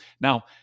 Now